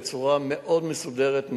בצורה מאוד מסודרת,